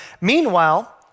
Meanwhile